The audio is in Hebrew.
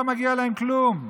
לא מגיע להם כלום,